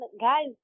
guys